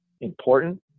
important